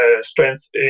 strength